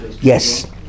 yes